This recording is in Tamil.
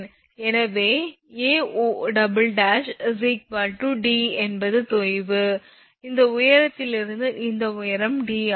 எனவே 𝐴𝑂 𝑑 என்பது தொய்வு இந்த உயரத்திலிருந்து இந்த உயரம் 𝑑 ஆகும்